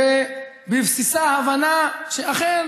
ובבסיסה ההבנה שאכן,